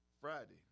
Friday